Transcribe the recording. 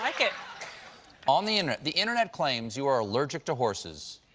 like ah um the and the internet claims you are allergic to horses.